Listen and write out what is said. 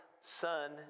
son